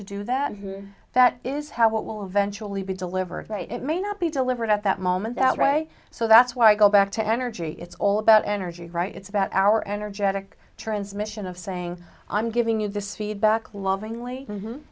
to do that that is how it will eventually be delivered it may not be delivered at that moment that right so that's why i go back to energy it's all about energy right it's about our energetic transmission of saying i'm giving you this feedback loving